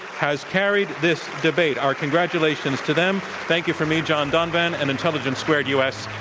has carried this debate. congratulations to them. thank you from me, john donovan, and intelligence squared u. s.